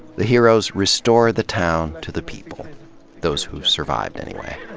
the heroes restore the town to the people those who've survived, anyway.